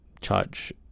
charge